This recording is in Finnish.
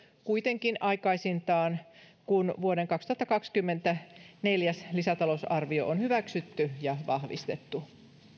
kuitenkin aikaisintaan kun vuoden kaksituhattakaksikymmentä neljäs lisätalousarvio on hyväksytty ja vahvistettu